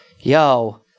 Yo